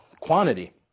quantity